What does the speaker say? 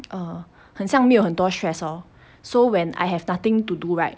um 很像没有很多 stress lor so when I have nothing to do right